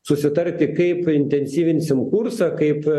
susitarti kaip intensyvinsim kursą kaip